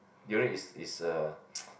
durian is is a